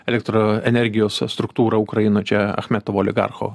elektro energijos struktūrą ukrainoj čia achmetovo oligarcho